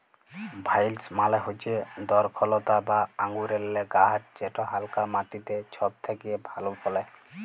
ভাইলস মালে হচ্যে দরখলতা বা আঙুরেল্লে গাহাচ যেট হালকা মাটিতে ছব থ্যাকে ভালো ফলে